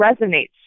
resonates